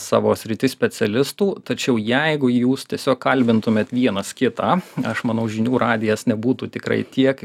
savo srities specialistų tačiau jeigu jūs tiesiog kalbintumėt vienas kitą aš manau žinių radijas nebūtų tikrai tiek